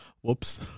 Whoops